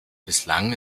bislang